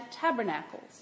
tabernacles